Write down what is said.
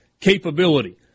capability